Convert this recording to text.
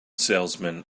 salesman